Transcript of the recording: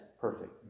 perfect